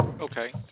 Okay